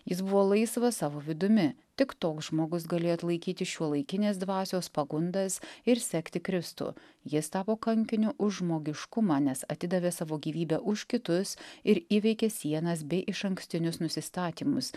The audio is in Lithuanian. jis buvo laisvas savo vidumi tik toks žmogus galėjo atlaikyti šiuolaikinės dvasios pagundas ir sekti kristų jis tapo kankiniu už žmogiškumą nes atidavė savo gyvybę už kitus ir įveikė sienas bei išankstinius nusistatymus